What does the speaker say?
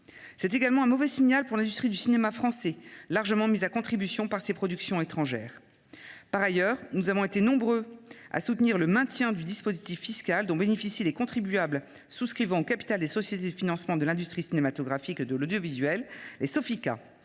C’est également un mauvais signal pour l’industrie du cinéma français, largement mise à contribution par ces productions étrangères. Nous avons par ailleurs été nombreux à soutenir le maintien du dispositif fiscal dont bénéficient les contribuables souscrivant au capital des sociétés pour le financement de l’industrie cinématographique et audiovisuelle (Sofica).